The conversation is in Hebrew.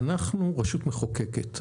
אנחנו רשות מחוקקת,